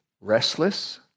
restless